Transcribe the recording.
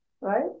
right